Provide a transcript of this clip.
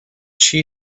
she